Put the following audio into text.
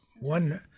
one